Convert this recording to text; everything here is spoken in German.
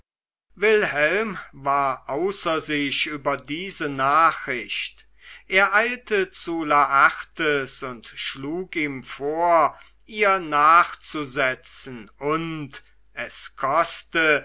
wilhelm war außer sich über diese nachricht er eilte zu laertes und schlug ihm vor ihr nachzusetzen und es koste